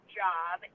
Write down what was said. job